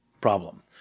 problem